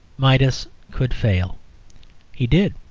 midas could fail he did.